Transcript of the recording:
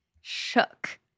shook